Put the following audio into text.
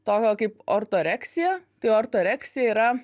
tokio kaip ortoreksija tai ortoreksija yra